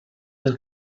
del